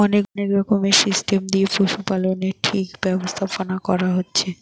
অনেক রকমের সিস্টেম দিয়ে পশুপালনের ঠিক ব্যবস্থাপোনা কোরা হচ্ছে